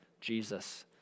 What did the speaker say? Jesus